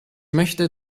möchte